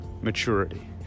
maturity